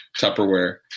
Tupperware